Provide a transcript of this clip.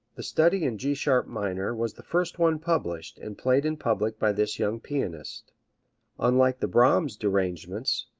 the study in g sharp minor was the first one published and played in public by this young pianist unlike the brahms derangements,